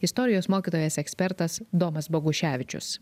istorijos mokytojas ekspertas domas boguševičius